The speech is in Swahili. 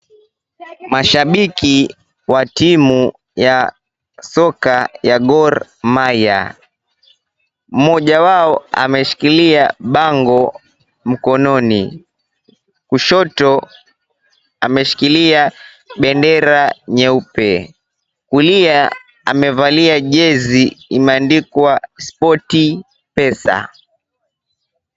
Mashabiki wa timu ya soka ya Gor Mahia. Mmoja wao ameshikilia bango mkononi. Kushoto ameshikilia bendera nyeupe, kulia amevalia jezi imeandikwa Sportpesa.